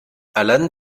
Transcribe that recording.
allan